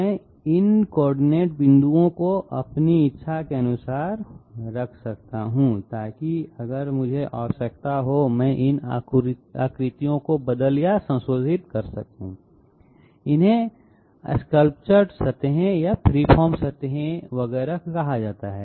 मैं इन कोऑर्डिनेट बिंदुओं को अपनी इच्छा के अनुसार रख सकता हूं ताकि अगर मुझे आवश्यकता हो तो मैं इन आकृतियों को बदल या संशोधित कर सकूं इन्हें स्कल्पचरड सतहें फ्री फॉर्म सतहें वगैरह भी कहा जाता है